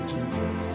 Jesus